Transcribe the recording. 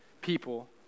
people